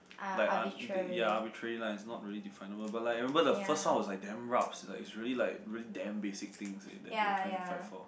like un ya arbitrary line but it's not really definable but like remember the first one was like damn rabs like it was really like damn basic things that they are trying to fight for